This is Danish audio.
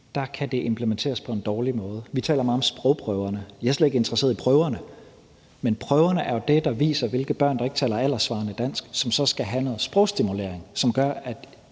kan implementeres på en dårlig måde. Vi taler meget om sprogprøverne – jeg er slet ikke interesseret i prøverne, men prøverne er jo det, der viser, hvilke børn der ikke taler alderssvarende dansk, og som så skal have noget sprogstimulering, som gør, at